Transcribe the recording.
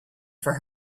for